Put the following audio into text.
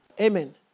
amen